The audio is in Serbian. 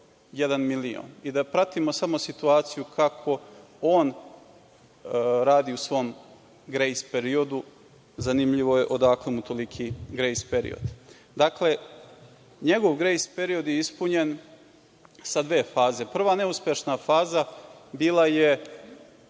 milion. Da pratimo samo situaciju kako on radi u svom grejs periodu, zanimljivo je odakle mu toliki grejs period. Dakle, njegov grejs period je ispunjen sa dve faze. Prva neuspešna faza bila je,